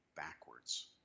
backwards